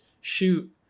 shoot